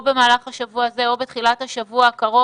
או במהלך השבוע הזה, או בתחילת השבוע הקרוב.